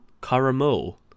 Caramel